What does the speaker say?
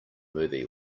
movie